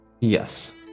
Yes